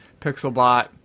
Pixelbot